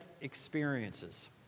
experiences